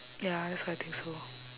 ya that's why I think so